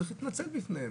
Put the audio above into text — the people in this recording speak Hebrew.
צריך להתנצל בפניהם.